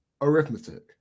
arithmetic